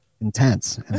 intense